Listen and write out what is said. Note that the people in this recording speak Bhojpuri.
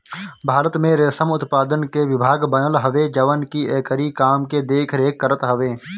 भारत में रेशम उत्पादन के विभाग बनल हवे जवन की एकरी काम के देख रेख करत हवे